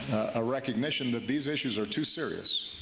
a recognition that these issues are too serious,